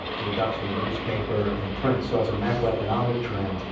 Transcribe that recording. the reduction in newspaper and print. so as a macroeconomic trend,